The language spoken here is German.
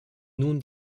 nun